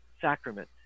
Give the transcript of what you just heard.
sacrament